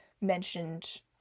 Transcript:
mentioned